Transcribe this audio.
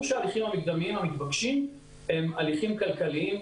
שההליכים המקדמיים המתבקשים הם הליכים כלכליים.